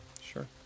Sure